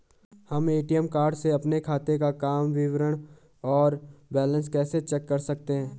हम ATM card से अपने खाते काम विवरण और बैलेंस कैसे चेक कर सकते हैं?